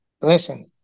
Listen